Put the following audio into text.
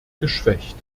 geschwächt